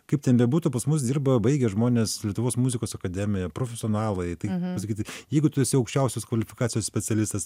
kaip ten bebūtų pas mus dirba baigę žmonės lietuvos muzikos akademiją profesionalai tai visgi jeigu tu esi aukščiausios kvalifikacijos specialistas